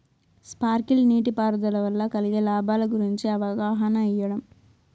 Sprinkle నీటిపారుదల వల్ల కలిగే లాభాల గురించి అవగాహన ఇయ్యడం?